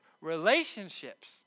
relationships